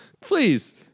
Please